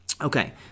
Okay